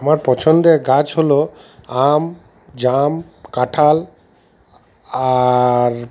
আমার পছন্দের গাছ হল আম জাম কাঁঠাল আর